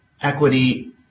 equity